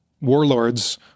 warlords